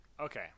Okay